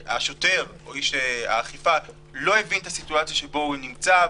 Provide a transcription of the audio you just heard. השוטר או איש האכיפה לא הבין את הסיטואציה שבה הוא נמצא,